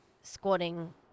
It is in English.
squatting